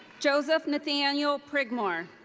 joseph nathaniel prigmore.